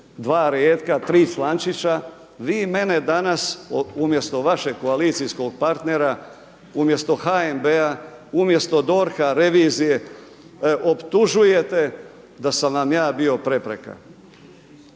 dva retka, tri člančića. Vi mene danas umjesto vašeg koalicijskog partnera, umjesto HNB-a, umjesto DORH-a, revizije optužujete da sam vam ja bio prepreka.